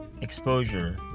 exposure